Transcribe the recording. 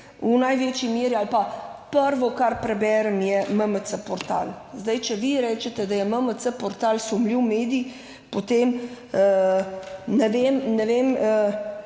v največji meri ali pa, prvo, kar preberem, je MMC portal. Zdaj, če vi rečete, da je MMC portal sumljiv medij, potem ne vem, ne vem